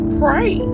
pray